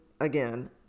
Again